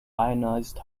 ionized